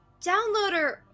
downloader